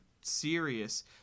serious